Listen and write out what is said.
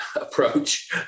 approach